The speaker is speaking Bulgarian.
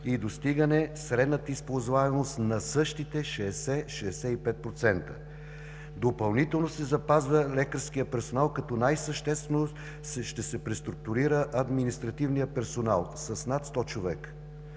и достигане средната използваемост на същите 60 – 65%. Допълнително се запазва лекарският персонал, като най-съществено ще се преструктурира административният персонал – с над 100 човека.